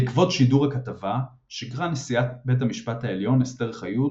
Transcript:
בעקבות שידור הכתבה שיגרה נשיאת בית המשפט העליון אסתר חיות